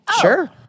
Sure